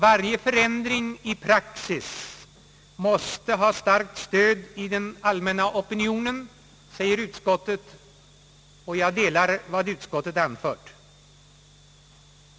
Varje förändring i praxis måste ha starkt stöd i den allmänna opinionen, betonar utskottet, och jag delar vad utskottet anfört.